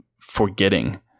forgetting